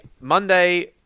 Monday